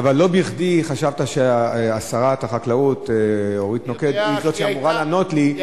אבל לא בכדי חשבת ששרת החקלאות אורית נוקד היא זו שאמורה לענות לי.